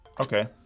Okay